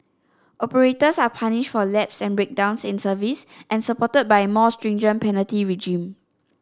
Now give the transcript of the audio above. operators are punished for lapse and breakdowns in service and supported by a more stringent penalty regime